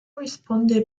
responded